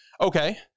okay